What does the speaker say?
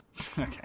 Okay